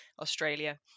Australia